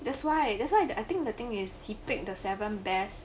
that's why that's why I think the thing is he pick the seven best